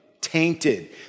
tainted